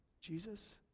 Jesus